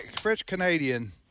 French-Canadian